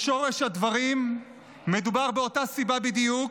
בשורש הדברים מדובר באותה סיבה בדיוק,